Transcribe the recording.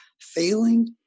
failing